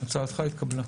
הצעתך התקבלה.